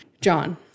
John